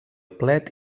plet